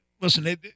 listen